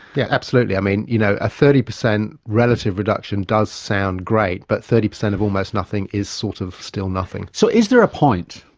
yeah absolutely. um and you know, a thirty percent relative reduction does sound great, but thirty percent of almost nothing is sort of still nothing. so is there a point,